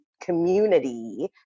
community